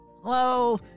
Hello